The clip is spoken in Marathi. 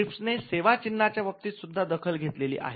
ट्रिप्स ने सेवा चिन्ह च्या बाबतीत सुद्धा दखल घेतली आहे